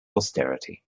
austerity